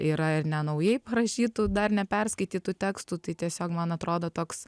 yra ir ne naujai parašytų dar neperskaitytų tekstų tai tiesiog man atrodo toks